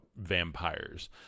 vampires